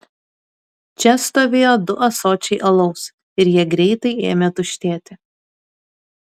čia stovėjo du ąsočiai alaus ir jie greitai ėmė tuštėti